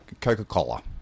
Coca-Cola